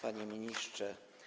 Panie Ministrze!